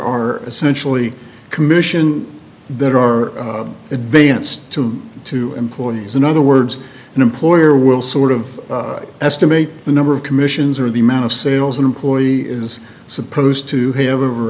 are essentially commission that are advanced to two employees in other words an employer will sort of estimate the number of commissions or the amount of sales an employee is supposed to have or